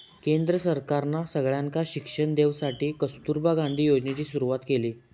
केंद्र सरकारना सगळ्यांका शिक्षण देवसाठी कस्तूरबा गांधी योजनेची सुरवात केली